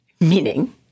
Meaning